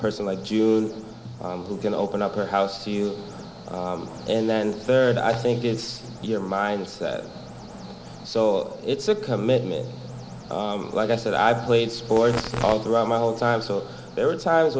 person like june who can open up her house to you and then third i think is your mindset so it's a commitment like i said i've played sports all throughout my whole time so there were times